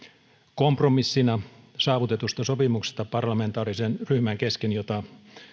kompromissina saavutetusta sopimuksesta parlamentaarisen ryhmän kesken jota